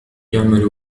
يعمل